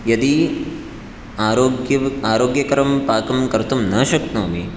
यदि आरोग्य आरोग्यकरं पाकं कर्तुं न शक्नोमि